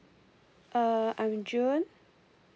uh I'm june